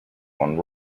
one